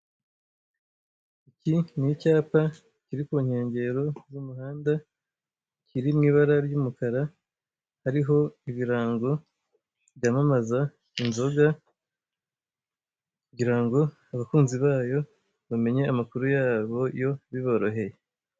Iki ni icyapa kiri ku nkengero z'umuhanda, kiri mu ibara ry'umukara; hariho ibirango byamamaza inzoga, kugira ngo abakunzi bayo bamenye amakuru yayo biboroheye.